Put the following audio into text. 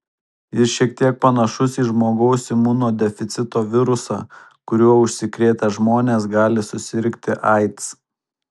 jis šiek tiek panašus į žmogaus imunodeficito virusą kuriuo užsikrėtę žmonės gali susirgti aids